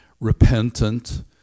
repentant